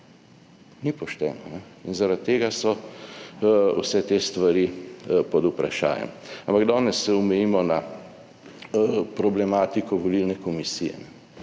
Ni pošteno in zaradi tega so vse te stvari pod vprašajem. Ampak danes se omejimo na problematiko volilne komisije,